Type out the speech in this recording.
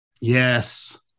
Yes